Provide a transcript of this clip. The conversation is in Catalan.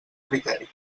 criteri